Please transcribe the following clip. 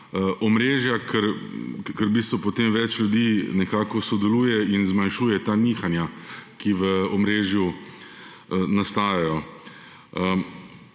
omrežja, ker potem več ljudi nekako sodeluje in zmanjšuje ta nihanja, ki v omrežju nastajajo.